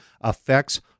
affects